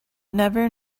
never